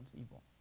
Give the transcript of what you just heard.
evil